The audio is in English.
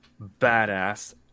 badass